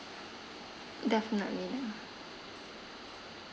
definitely ya